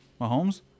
Mahomes